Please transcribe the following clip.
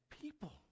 people